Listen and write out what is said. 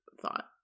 thought